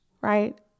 right